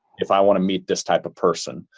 if i want to meet this type of person.